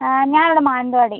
ആ ഞാൻ ഇവിടെ മാനന്തവാടി